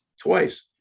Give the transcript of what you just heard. twice